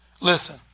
Listen